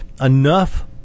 enough